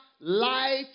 light